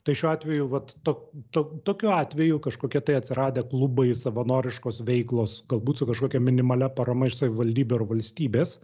tai šiuo atveju vat to t tokiu atveju kažkokia tai atsiradę klubai savanoriškos veiklos galbūt su kažkokia minimalia parama iš savivaldybių ar valstybės